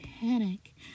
panic